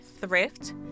thrift